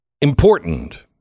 important